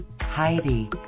Heidi